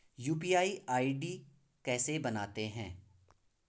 UPI ID कैसे बनाते हैं?